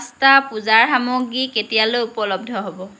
pasta পূজাৰ সামগ্ৰী কেতিয়ালৈ উপলব্ধ হ'ব